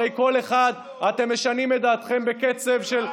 הרי כל אחד, אתם משנים את דעתכם בקצב של,